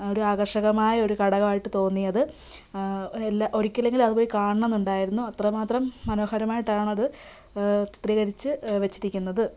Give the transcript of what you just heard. ഒരു ആകർഷകമായ ഒരു ഘടകമായിട്ട് തോന്നിയത് എല്ലാ ഒരിക്കലെങ്കിലും അതുപോയി കാണണമെന്നുണ്ടായിരുന്നു അത്രമാത്രം മനോഹരമായിട്ടാണത് ചിത്രീകരിച്ച് വച്ചിരിക്കുന്നത്